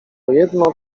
jedno